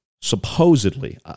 supposedly